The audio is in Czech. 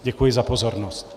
Děkuji za pozornost.